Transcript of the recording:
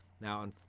Now